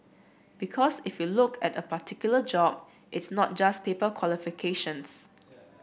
because if you look at a particular job it's not just paper qualifications